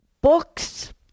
books